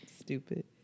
Stupid